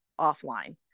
offline